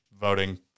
voting